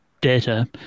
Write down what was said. Data